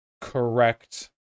correct